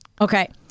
Okay